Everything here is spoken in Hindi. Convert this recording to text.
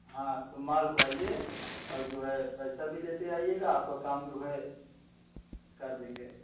हाँ सोमवार को आइए और जो है पैसा भी लेते आइएगा आपको काम जो है कर देंगे